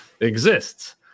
exists